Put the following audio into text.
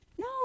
No